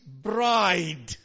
bride